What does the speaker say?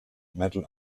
metal